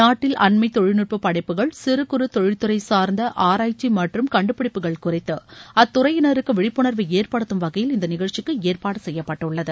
நாட்டில் அண்மை தொழில்நுட்ப படைப்புகள் சிறு குறு தொழில்துறை சார்ந்த ஆராய்ச்சி மற்றும் கண்டுபிடிப்புகள் குறித்து அத்துறையினருக்கு விழிப்புணர்வை ஏற்படுத்தும் வகையில் இந்த நிகழ்ச்சிக்கு ஏற்பாடு செய்யப்பட்டுள்ளது